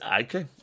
okay